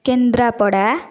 Kendrapara